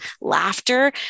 laughter